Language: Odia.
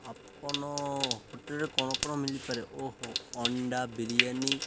ଆପଣ ହୋଟେଲ୍ରେ କ'ଣ କ'ଣ ମିଳିପାରେ ଓହୋ ଅଣ୍ଡା ବିରିୟାନୀ